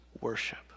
worship